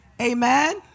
Amen